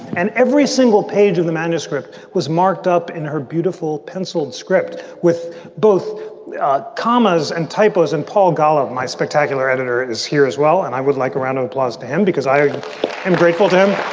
and every single page of the manuscript was marked up in her beautiful penciled script with both commas and typos and paul golla, my spectacular editor, is here as well. and i would like a round of applause to him because i am grateful to him